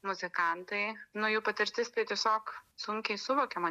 muzikantai nu jų patirtis tai tiesiog sunkiai suvokiama